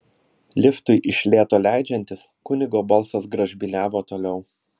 liftui iš lėto leidžiantis kunigo balsas gražbyliavo toliau